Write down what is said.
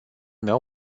meu